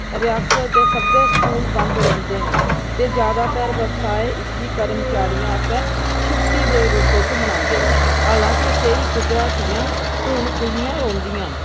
रियासतै दे सब्भै स्कूल बंद रौंह्दे न ते जैदातर व्यवसाय इसगी कर्मचारियें आस्तै छुट्टी दे रूप च मनांदे न हालां के केईं खुदरा हट्टियां हून खुल्लियां रौंह्दियां न